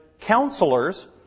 counselors